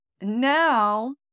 now